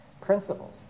Principles